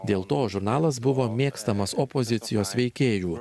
dėl to žurnalas buvo mėgstamas opozicijos veikėjų